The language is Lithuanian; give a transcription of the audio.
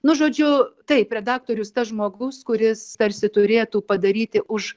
nu žodžiu taip redaktorius tas žmogus kuris tarsi turėtų padaryti už